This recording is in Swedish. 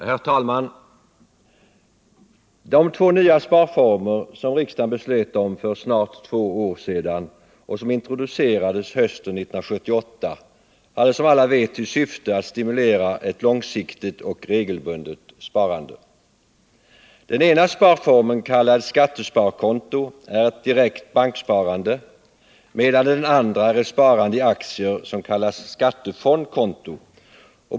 Herr talman! De två nya sparformer som riksdagen beslöt om för snart två år sedan och som introducerades hösten 1978 hade som alla vet till syfte att stimulera ett långsiktigt och regelbundet sparande. Den ena sparformen, kallad skattesparkonto, är ett direkt banksparande, medan den andra är ett sparande i aktier och kallas skattefondkonto.